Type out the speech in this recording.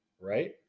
right